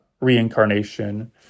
reincarnation